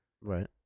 Right